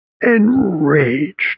enraged